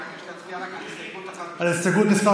אני מבקש להצביע רק על הסתייגות 1. על הסתייגות מס'